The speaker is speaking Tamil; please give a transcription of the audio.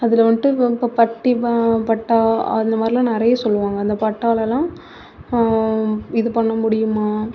அதில் வந்துட்டு இப்போது இப்போது பட்டி ப பட்டா அந்த மாதிரிலாம் நிறைய சொல்லுவாங்க அந்த பட்டாலெலாம் இது பண்ண முடியுமா